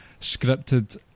scripted